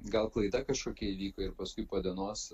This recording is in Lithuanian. gal klaida kažkokia įvyko ir paskui po dienos